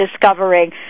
discovering